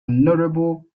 notable